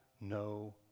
no